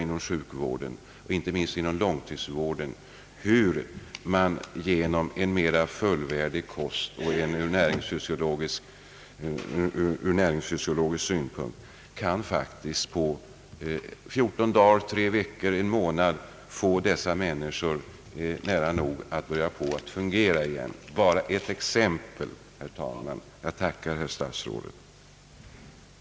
Inom sjukvården, inte minst inom långtidsvården, upplever vi hur man genom en från näringsfysiologiska synpunkter mer fullvärdig kost på relativt kort tid — två å tre veckor eller en månad — faktiskt kan få dessa människor att så att säga börja fungera igen. Detta var bara ett exempel, herr talman. Jag vill än en gång tacka herr statsrådet för svaret.